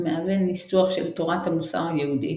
המהווה ניסוח של "תורת המוסר" היהודית,